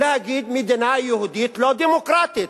להגיד מדינה יהודית לא דמוקרטית.